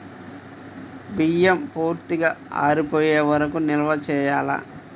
బియ్యం పూర్తిగా ఆరిపోయే వరకు నిల్వ చేయాలా?